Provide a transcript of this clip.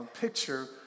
picture